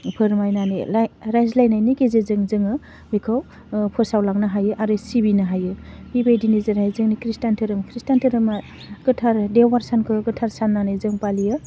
फोरमायनानै राय रायज्लायनायनि गेजेरजों जोङो बेखौ ओह फोसावलांनो हायो आरो सिबिनो हायो बेबायदिनो जोङो जेरै खृष्टान धोरोम खृष्टान धोरोमा गोथार देवबार सानखौ गोथार सान्नानै जों फालियो